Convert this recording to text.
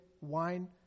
wine